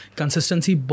consistency